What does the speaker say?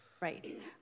Right